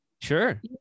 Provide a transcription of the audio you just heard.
Sure